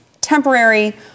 temporary